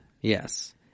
Yes